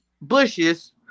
bushes